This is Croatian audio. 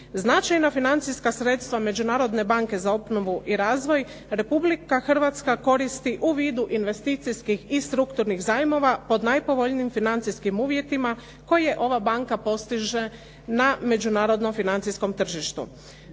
Značajna financijska sredstva Međunarodne banke za obnovu i razvoj Republika Hrvatska koristi u vidu investicijskih i strukturnih zajmova po najpovoljnijim financijskim uvjetima koje ova banka postiže na međunarodnom financijskom tržištu.